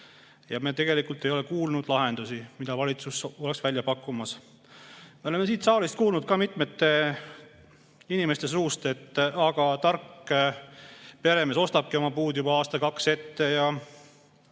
Me tegelikult ei ole kuulnud lahendusi, mida valitsus oleks välja pakkumas. Me oleme siin saalis kuulnud ka mitmete inimeste suust, et tark peremees ostab oma puud juba aasta-kaks ette ja